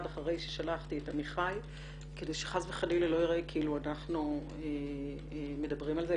אחרי ששלחתי את עמיחי כדי שחס וחלילה לא ייראה כאילו אנחנו מדברים על זה.